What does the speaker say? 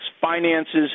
finances